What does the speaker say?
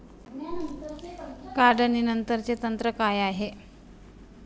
काढणीनंतरचे तंत्र काय आहे?